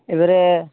এবারে